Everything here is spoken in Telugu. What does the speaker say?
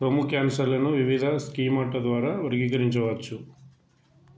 రొమ్ము క్యాన్సర్లను వివిధ స్కీమాటా ద్వారా వర్గీకరించవచ్చు